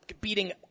beating